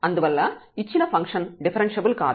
అందువల్ల ఇచ్చిన function differentiable కాదు